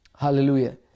Hallelujah